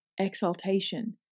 exaltation